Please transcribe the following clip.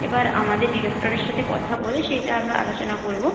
এবার আমাদের ডিরেক্টরের সাথে কথা বলে সেইটা আমরা আলোচনা করব